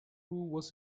was